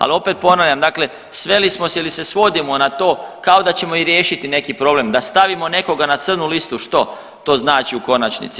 Ali opet ponavljam, dakle sveli smo se ili se svodimo na to kao da ćemo i riješiti neki problem da stavimo nekoga na crnu listu što to znači u konačnici.